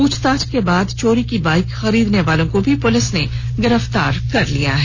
पूछताछ के बाद चोरी की बाइक खरीदने वाले को भी पुलिस ने गिरफतार कर लिया है